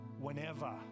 whenever